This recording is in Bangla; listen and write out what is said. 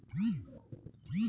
পাসবই আপডেট কোথায় করে?